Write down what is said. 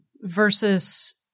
versus